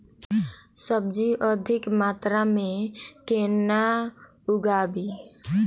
सब्जी अधिक मात्रा मे केना उगाबी?